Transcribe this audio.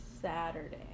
Saturday